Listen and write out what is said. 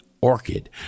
orchid